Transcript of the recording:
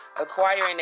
Acquiring